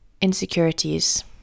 insecurities